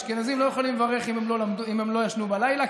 אשכנזים לא יכולים לברך אם הם לא ישנו בלילה.